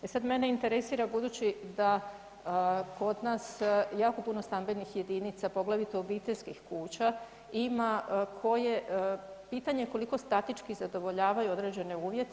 E sada mene interesira budući da kod nas jako puno stambenih jedinica poglavito obiteljskih kuća ima koje, pitanje je koliko statički zadovoljavaju određene uvjete?